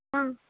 ஆ